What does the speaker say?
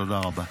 תודה רבה.